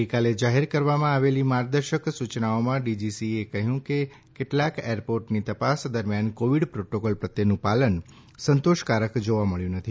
ગઇકાલે જાહેર કરવામાં આવેલી માર્ગદર્શક સૂચનાઓમાં ડીજીસીએએ કહ્યું છે કે કેટલાક એરપોર્ટની તપાસ દરમિયાન કોવીડ પ્રોટોકોલ પ્રત્યેનું પાલન સંતોષકારક જોવા મળ્યું નથી